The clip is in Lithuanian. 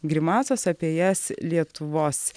grimasos apie jas lietuvos